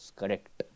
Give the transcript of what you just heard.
correct